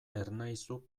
ernaizu